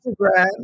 Instagram